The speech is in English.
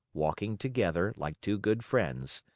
walking together like two good friends.